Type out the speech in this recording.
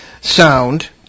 sound